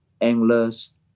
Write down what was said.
Endless